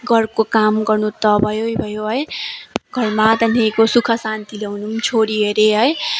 घरको काम गर्नु त भयो भयो है घरमा त्यहाँदेखिको सुख शान्ति ल्याउनु पनि छोरी हरे है